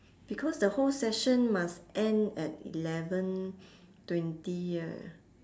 because the whole session must end at eleven twenty right